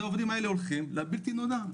עכשיו העובדים האלה הולכים לבלתי נודע.